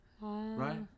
Right